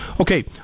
Okay